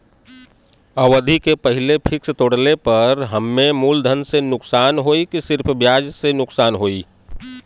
अवधि के पहिले फिक्स तोड़ले पर हम्मे मुलधन से नुकसान होयी की सिर्फ ब्याज से नुकसान होयी?